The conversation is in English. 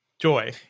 joy